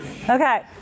Okay